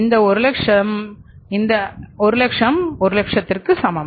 இந்த 100000 100000 க்கு சமம்